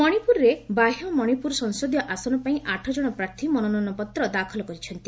ମଣିପୁରରେ ବାହ୍ୟ ମଣିପୁର ସଂସଦୀୟ ଆସନ ପାଇଁ ଆଠଜଣ ପ୍ରାର୍ଥୀ ମନୋନୟନପତ୍ର ଦାଖଲ କରିଛନ୍ତି